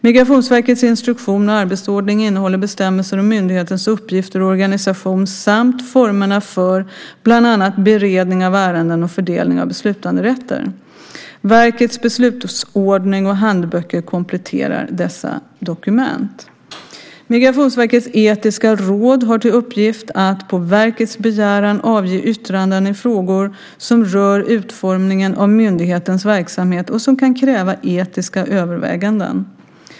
Migrationsverkets instruktion och arbetsordning innehåller bestämmelser om myndighetens uppgifter och organisation samt formerna för bland annat beredning av ärenden och fördelning av beslutanderätter. Verkets beslutsordning och handböcker kompletterar dessa dokument. Migrationsverkets etiska råd har till uppgift att på verkets begäran avge yttranden i frågor som rör utformningen av myndighetens verksamhet och som kan kräva etiska överväganden.